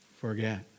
forget